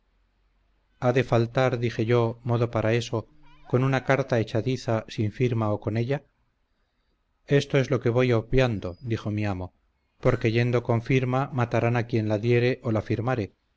ha de faltar dije yo modo para eso con una carta echadiza sin firma o con ella esto es lo que voy obviando dijo mi amo porque yendo con firma matarán a quien la diere o la firmare